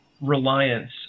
reliance